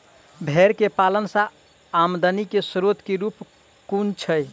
भेंर केँ पालन सँ आमदनी केँ स्रोत केँ रूप कुन छैय?